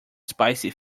spicy